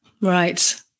Right